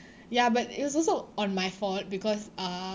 ya but it was also on my fault because uh